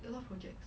a lot of projects